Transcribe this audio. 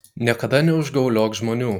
niekada neužgauliok žmonių